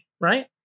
right